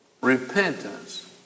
Repentance